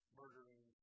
murdering